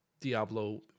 Diablo